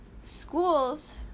schools